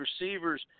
receivers